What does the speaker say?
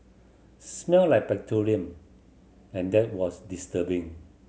smelt like petroleum and that was disturbing